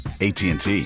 ATT